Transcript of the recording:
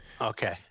Okay